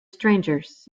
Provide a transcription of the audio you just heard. strangers